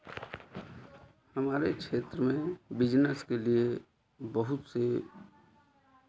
हमारे क्षेत्र में बिज़नेस के लिए बहुत से